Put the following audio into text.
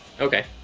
Okay